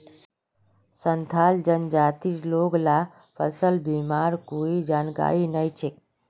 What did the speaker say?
संथाल जनजातिर लोग ला फसल बीमार कोई जानकारी नइ छेक